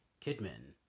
Kidman